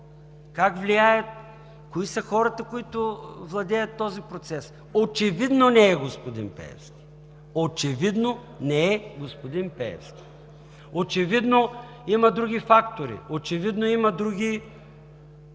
как влияят, кои са хората, които владеят този процес? Очевидно не е господин Пеевски! Очевидно не е господин Пеевски! Очевидно има други фактори, очевидно има други